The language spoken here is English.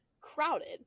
crowded